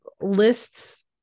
lists